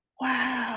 Wow